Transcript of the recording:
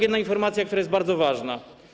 Jedna informacja, która jest bardzo ważna.